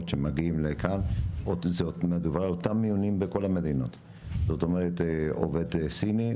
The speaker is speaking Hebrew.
שמגיעים לכאן מדובר באותם מיונים בכל המדינות כלומר עובד סיני,